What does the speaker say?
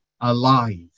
alive